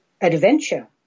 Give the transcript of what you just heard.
Adventure